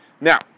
Now